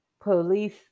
police